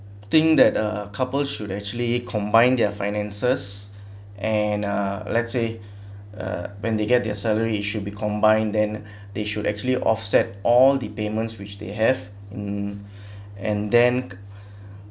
think that uh couples should actually combine their finances and uh let's say uh when they get their salaries it should be combined then they should actually offset all the payments which they have in and then